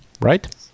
right